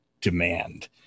demand